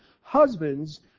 Husbands